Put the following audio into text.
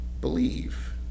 believe